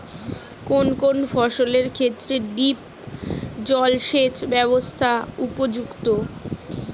কোন কোন ফসলের ক্ষেত্রে ড্রিপ জলসেচ ব্যবস্থা উপযুক্ত?